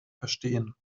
verstehen